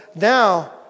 now